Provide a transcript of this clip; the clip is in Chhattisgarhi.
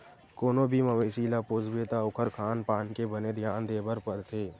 कोनो भी मवेसी ल पोसबे त ओखर खान पान के बने धियान देबर परथे